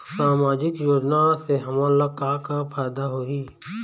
सामाजिक योजना से हमन ला का का फायदा होही?